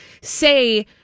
say